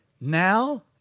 Now